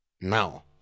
Now